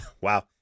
Wow